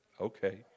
Okay